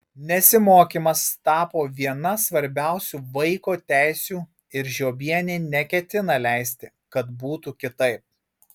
nesimokymas tapo viena svarbiausių vaiko teisių ir žiobienė neketina leisti kad būtų kitaip